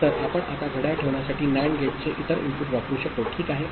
तर आपण आता घड्याळ ठेवण्यासाठी नॅन्ड गेटचे इतर इनपुट वापरू शकतो ठीक आहे